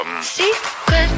Secret